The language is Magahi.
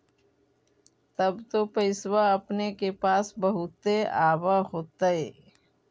तब तो पैसबा अपने के पास बहुते आब होतय?